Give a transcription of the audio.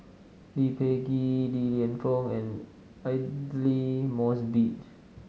Lee Peh Gee Li Lienfung and Aidli Mosbit